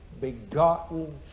begotten